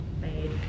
made